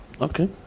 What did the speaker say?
Okay